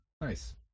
Nice